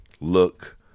look